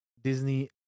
Disney